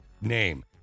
name